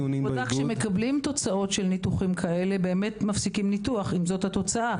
כשמקבלים תוצאות של ניתוחים כאלה באמת מפסיקים ניתוח אם זו התוצאה.